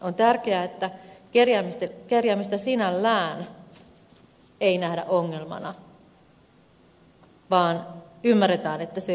on tärkeää että kerjäämistä sinällään ei nähdä ongelmana vaan ymmärretään että se on oire